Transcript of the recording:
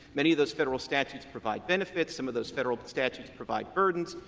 many of those federal statutes provide benefits. some of those federal statutes provide burdens.